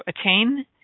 attain